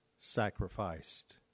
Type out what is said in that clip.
sacrificed